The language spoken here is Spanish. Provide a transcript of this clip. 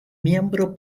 miembro